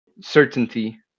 certainty